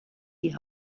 die